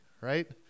right